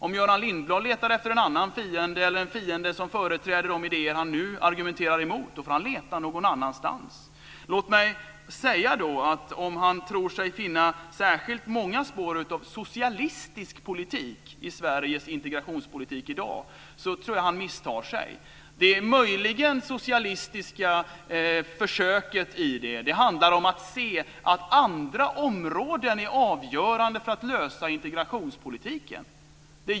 Om Göran Lindblad letar efter en annan fiende, en fiende som företräder de idéer han nu argumenterar emot, får han leta någon annanstans. Låt mig också säga att om han tror sig finna särskilt många spår av socialistisk politik i Sveriges integrationspolitik i dag tror jag att han misstar sig. Det möjligen socialistiska försöket i detta handlar om att se att andra områden är avgörande för att lösa integrationspolitiken.